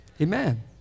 Amen